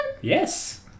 Yes